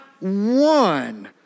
one